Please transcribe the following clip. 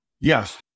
Yes